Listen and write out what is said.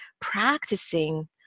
practicing